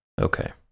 Okay